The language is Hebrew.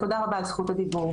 תודה רבה על זכות הדיבור.